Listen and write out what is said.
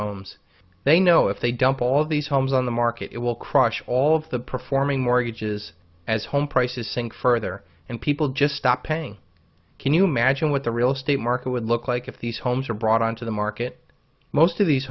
homes they know if they dump all these homes on the market it will crush all of the performing mortgages as home prices sink further and people just stop paying can you imagine what the real estate market would look like if these homes were brought onto the market most of these